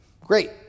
Great